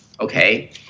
okay